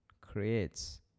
creates